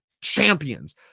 Champions